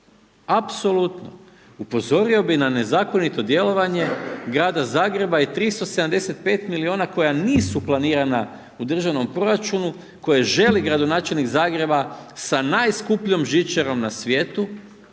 Apsolutno, upozorio bi n a nezakonito djelovanje Grada Zagreba i 375 milijuna koja nisu planirana u državnom proračunu, koje želi gradonačelnik Zagreba sa najskupljom žičarom na svijetu,